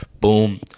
Boom